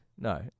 No